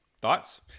Thoughts